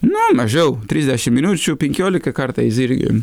na mažiau trisdešimt minučių penkiolika kartais irgi